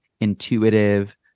intuitive